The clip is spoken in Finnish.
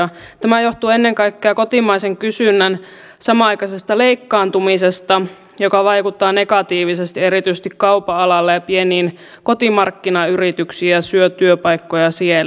tämä johtuu ennen kaikkea kotimaisen kysynnän samanaikaisesta leikkaantumisesta joka vaikuttaa negatiivisesti erityisesti kaupan alalla ja pieniin kotimarkkinayrityksiin ja syö työpaikkoja siellä